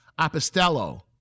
Apostello